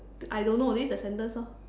I don't know this is the sentence lor